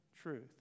Truth